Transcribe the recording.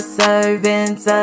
servants